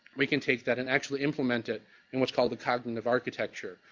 we can take that and actually implement it in what's called the cognitive architecture,